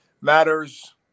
matters